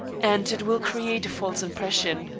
and it will create a false impression.